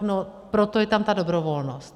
No proto je tam ta dobrovolnost.